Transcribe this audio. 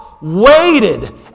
waited